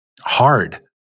hard